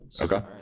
okay